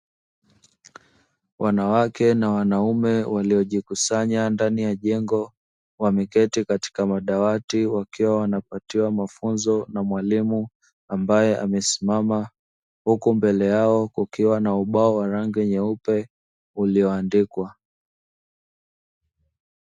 Wanawake na wanaume walio jikusanya ndani ya jengo, wameketi katika madawati wakiwa wanapatiwa mafunzo na mwalimu ambae amesimama, huku mbele yao kukiwa na ubao wa rangi nyeupe ulio andikwa